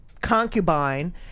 concubine